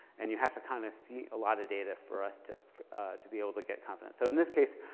and you have to kind of see a lot of data for us to to be able to get confident. so in this case,